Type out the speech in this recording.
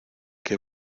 que